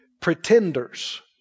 pretenders